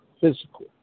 physical